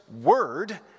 word